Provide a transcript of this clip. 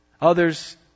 Others